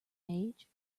age